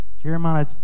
Jeremiah